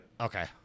Okay